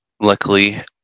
luckily